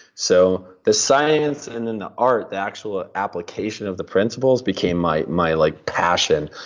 so the science and then the art, the actual application of the principles, became my my like passion,